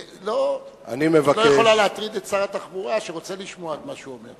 ואת לא יכולה להטריד את שר התחבורה שרוצה לשמוע את מה שהוא אומר.